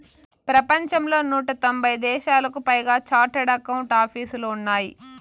ప్రపంచంలో నూట తొంభై దేశాలకు పైగా చార్టెడ్ అకౌంట్ ఆపీసులు ఉన్నాయి